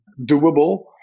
doable